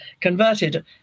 converted